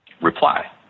Reply